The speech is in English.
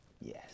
yes